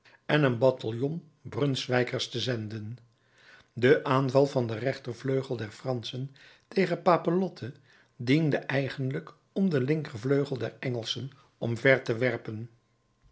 en een bataljon brunswijkers te zenden de aanval van den rechtervleugel der franschen tegen papelotte diende eigenlijk om den linkervleugel der engelschen omver te werpen